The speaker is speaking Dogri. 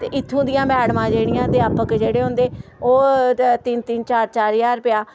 ते इत्थू दियां मैडमां जेह्ड़ियां अध्यापक जेह्ड़े होंदे ओह् तिन्न तिन्न चार चार ज्हार रपेआ